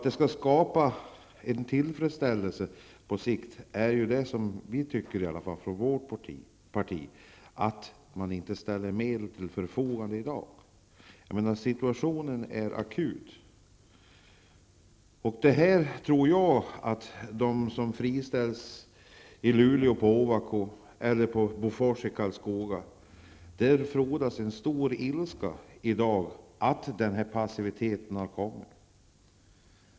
Det är enligt vår mening inte tillfredsställande att medel inte ställs till förfogande i dag. Situationen är ju akut. Jag tror att de som i dag friställs på Ovako i Luleå eller på Bofors i Karlskoga känner en stor ilska över den passivitet som i dag råder.